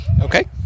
Okay